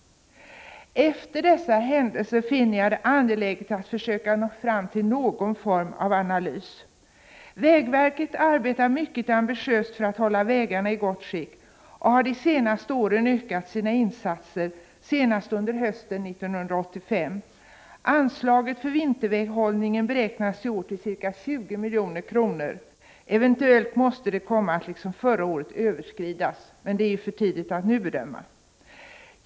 Efter dessa händelser finner jag det angeläget att försöka nå fram till någon form av analys. Vägverket arbetar mycket ambitiöst för att hålla vägarna i gott skick och har flera år ökat sina insatser, senast under hösten 1985. Anslaget för vinterväghållning beräknas i år till ca 20 milj.kr. Eventuellt måste det, liksom förra året, överskridas, men det är för tidigt att nu bedöma.